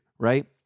right